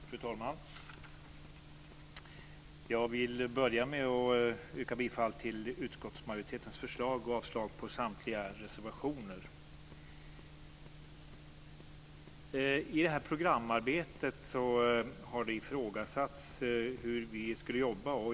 Fru talman! Jag vill börja med att yrka bifall till utskottsmajoritetens förslag och avslag på samtliga reservationer. I programarbetet har det ifrågasatts hur vi skulle jobba.